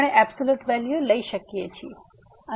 આપણે absolute value લઈ શકીએ છીએ